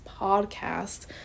podcast